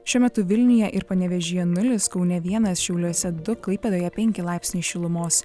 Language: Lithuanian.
šiuo metu vilniuje ir panevėžyje nulis kaune vienas šiauliuose du klaipėdoje penki laipsniai šilumos